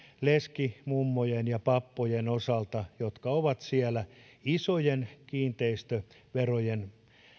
leskimummojen ja pappojen osalta jotka ovat siellä isojen kiinteistöverojen